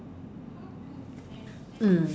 mm